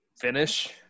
finish